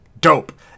dope